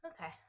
Okay